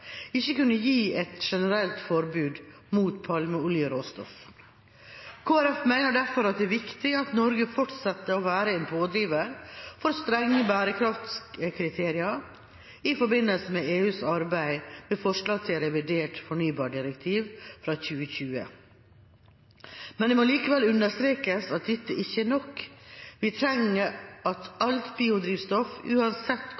ikke kunne gi et generelt forbud mot palmeoljeråstoff. Kristelig Folkeparti mener derfor at det er viktig at Norge fortsetter å være en pådriver for strenge bærekraftskriterier i forbindelse med EUs arbeid med forslag til revidert fornybardirektiv fra 2020. Men det må likevel understrekes at dette ikke er nok. Vi trenger at alt biodrivstoff – uansett